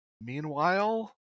Meanwhile